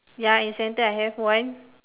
ya in the center I have one